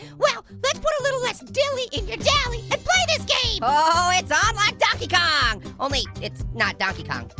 well, let's put a little less dilly in your dally and play this game! oh, it's on like donkey kong! only, it's not donkey kong.